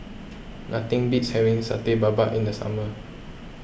nothing beats having Satay Babat in the summer